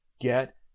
get